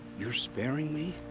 you're sparing me?